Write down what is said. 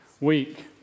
week